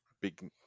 big